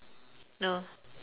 oh